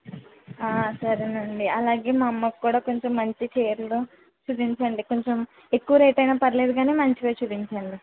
సరేనండి అలాగే మా అమ్మ కూడా కొంచెం మంచి చీరలు చూపించండి కొంచెం ఎక్కువ రేట్ అయినా పర్వాలేదు కాని మంచివే చూపించండి